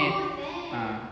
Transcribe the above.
net ah